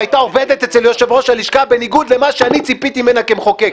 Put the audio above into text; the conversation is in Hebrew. והייתה עובדת אצל יושב-ראש הלשכה בניגוד למה שאני ציפיתי כמחוקק,